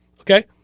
okay